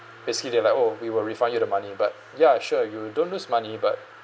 basically they are like oh we will refund you the money but ya sure you don't lose money but